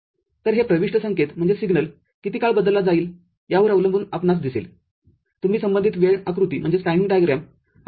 तर हे प्रविष्ट संकेत किती काळ बदलला जाईल यावर अवलंबून आपणास दिसेल तुम्ही संबंधित वेळ आकृतीआउटपुटवर पाहाल